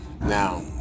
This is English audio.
Now